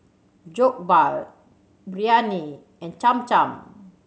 Jokbal Biryani and Cham Cham